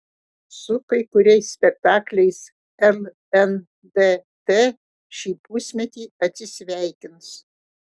su kai kuriais spektakliais lndt šį pusmetį atsisveikins